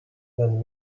than